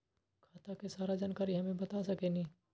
खाता के सारा जानकारी हमे बता सकेनी?